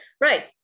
Right